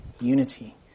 unity